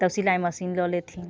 तब सिलाइ मशीन लऽ लेथिन